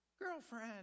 girlfriend